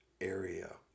area